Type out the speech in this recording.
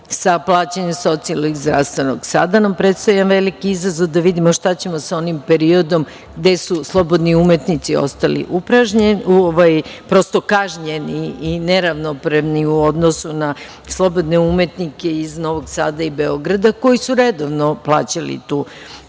sa plaćanjem socijalnog i zdravstvenog. Sada nam predstoji jedan veliki izazov da vidimo šta ćemo sa onim periodom gde su slobodni umetnici ostali prosto kažnjeni i neravnopravni u odnosu na slobodne umetnike iz Novog Sada i Beograda koji su redovno plaćali tu